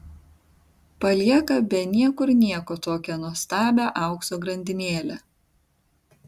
palieka be niekur nieko tokią nuostabią aukso grandinėlę